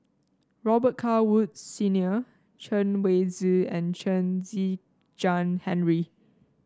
Robet Carr Woods Senior Chen Wen Hsi and Chen Kezhan Henri